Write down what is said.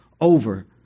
over